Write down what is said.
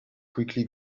quickly